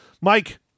mike